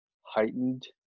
heightened